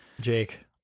Jake